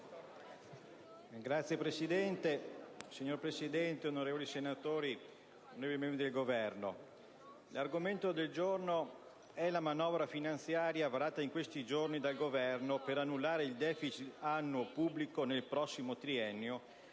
*(LNP)*. Signor Presidente, onorevoli senatori, membri del Governo, l'argomento del giorno è la manovra finanziaria varata in questi giorni dal Governo per annullare il deficit annuo pubblico nel prossimo triennio